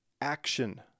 action